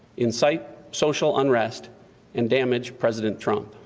incite social unrest and damage president trump.